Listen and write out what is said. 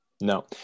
No